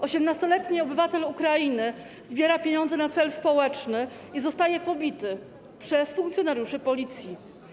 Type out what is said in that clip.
18-letni obywatel Ukrainy zbiera pieniądze na cel społeczny i zostaje pobity przez funkcjonariuszy Policji.